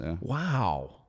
Wow